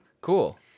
Cool